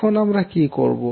এখন আমরা কি করব